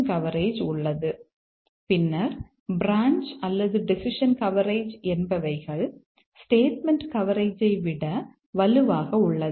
all path coverage என்பவைகள் statement கவரேஜை விட வலுவாக உள்ளது